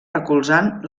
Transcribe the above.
recolzant